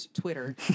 Twitter